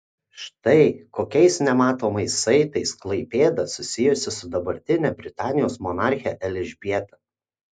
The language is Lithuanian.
štai kokiais nematomais saitais klaipėda susijusi su dabartine britanijos monarche elžbieta